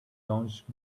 launched